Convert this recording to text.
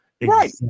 Right